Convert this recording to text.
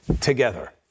together